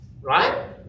right